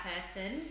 person